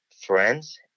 friends